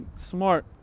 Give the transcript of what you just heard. smart